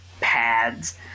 pads